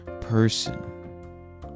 person